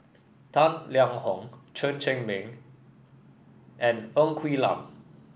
Tang Liang Hong Chen Cheng Mei and Ng Quee Lam